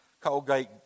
Colgate